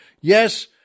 Yes